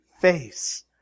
face